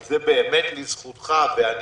זה באמת לזכותך, וזה